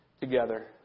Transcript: together